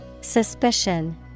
Suspicion